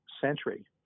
century